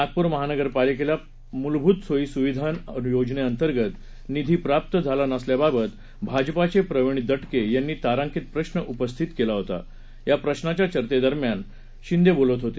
नागपूर महानगरपालिकेला मूलभूत सोयी सुविधा योजनेअंतर्गत निधी प्राप्त झाला नसल्याबाबत भाजपाचे प्रवीण दटके यांनी तारांकित प्रश्न उपस्थित केला होता या प्रश्नाच्या चर्चेदरम्यान शिंदे बोलत होते